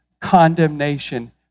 condemnation